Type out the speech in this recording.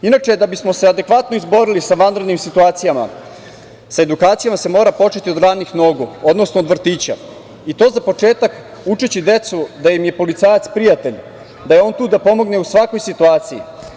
Inače, da bismo se adekvatno izborili sa vanrednim situacijama sa edukacijama se mora početi od ranih nogu, odnosno od vrtića, i to za početak učeći decu da im je policajac prijatelj, da je on tu da pomogne u svakoj situaciji.